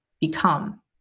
become